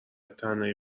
تنهایی